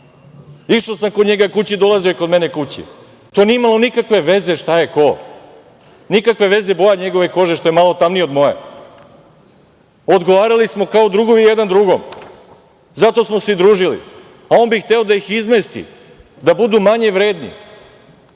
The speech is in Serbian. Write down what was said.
Išao sam kod njega kući, dolazio je kod mene kući. To nije imalo nikakve veze šta je ko. Nikakve veze. Boja njegove kože što je malo tamnija od moje. Odgovarali smo kao drugovi jedan drugom. Zato smo se i družili, a on bi hteo da iz izmesti, da budu manje vredni,